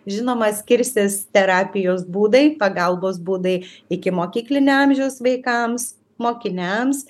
žinoma skirsis terapijos būdai pagalbos būdai ikimokyklinio amžiaus vaikams mokiniams